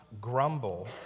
grumble